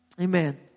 Amen